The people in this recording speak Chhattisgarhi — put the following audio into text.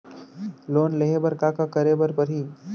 लोन लेहे बर का का का करे बर परहि?